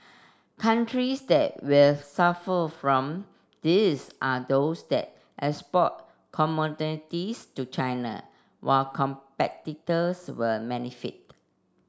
countries that will suffer from this are those that export commodities to China while competitors will benefit